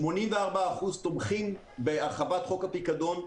84% תומכים בהרחבת חוק הפיקדון.